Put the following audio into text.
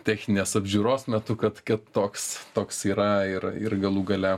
techninės apžiūros metu kad kad toks toks yra ir ir galų gale